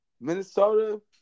Minnesota